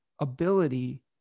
ability